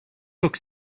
book